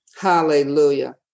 Hallelujah